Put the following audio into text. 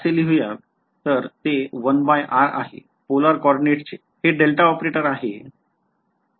हे ऑपरेटर आहे पोलार कोऑर्डिनेट्सचे